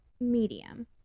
medium